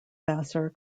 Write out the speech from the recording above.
vassar